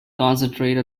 concentrate